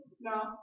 No